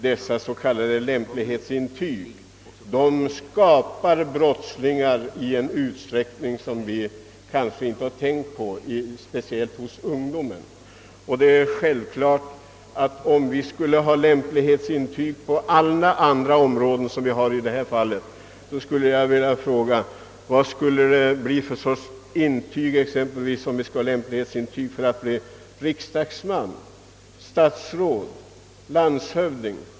Kravet på s.k. lämplighetsintyg skapar brottslingar i en utsträckning som vi kanske inte har tänkt på, speciellt bland ungdomen. Om det på alla andra områden skulle krävas lämplighetsintyg, hur skulle dessa se ut t.ex. för en riksdagsman, ett statsråd, en landshövding?